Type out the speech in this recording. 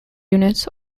units